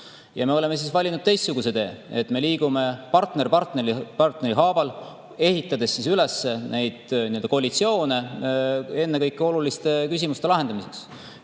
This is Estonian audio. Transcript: Me oleme valinud teistsuguse tee. Me liigume partner partneri haaval, ehitades üles koalitsioone ennekõike oluliste küsimuste lahendamiseks.